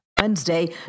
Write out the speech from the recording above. Wednesday